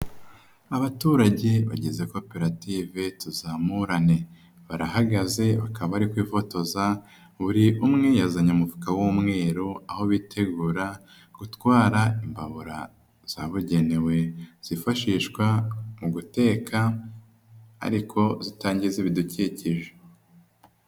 Abaturage bagize Koperative Tuzamurane barahagaze bakaba bari kwifotoza, buri umwe yazanye umufuka w'umweru aho bitegura gutwara imbabura zabugenewe zifashishwa mu guteka ariko zitangiza ibidukikije.